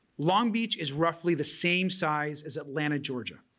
long beach is roughly the same size as atlanta, georgia.